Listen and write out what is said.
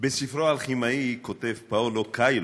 בספרו "האלכימאי" כותב פאולו קואייו,